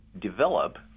develop